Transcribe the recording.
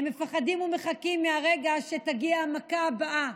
הם מחכים ומפחדים מהרגע שתגיע המכה הבאה,